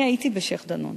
אני הייתי בשיח'-דנון